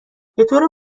بطور